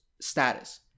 status